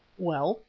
well,